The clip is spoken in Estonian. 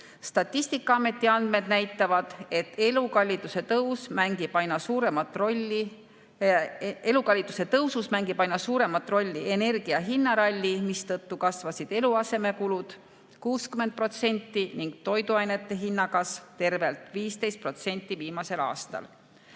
Statistikaameti andmed näitavad, et elukalliduse tõusus mängib aina suuremat rolli energiahinnaralli, mistõttu kasvasid eluasemekulud 60% ning toiduainete hinnakasv oli tervelt 15% viimasel aastal.